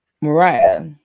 Mariah